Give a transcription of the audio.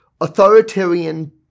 authoritarian